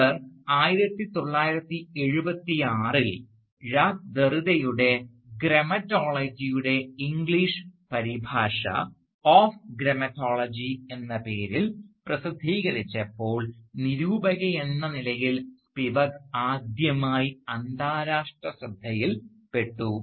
അവർ 1976 ൽ ഴക്ക് ഡെറിഡയുടെ ഗ്രാമട്ടോളജിയുടെ "Grammatology" ഇംഗ്ലീഷ് പരിഭാഷ "ഓഫ് ഗ്രാമട്ടോളജി" "Of Grammatology" എന്ന പേരിൽ പ്രസിദ്ധീകരിച്ചപ്പോൾ നിരൂപകയെന്ന നിലയിൽ സ്പിവക് ആദ്യമായി അന്താരാഷ്ട്ര ശ്രദ്ധയിൽപ്പെട്ടു